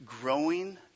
growing